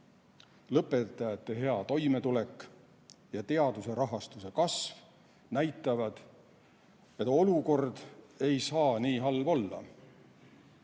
lõpetajate hea toimetulek ja teaduse rahastamise kasv näitavad, et olukord ei saa nii halb olla.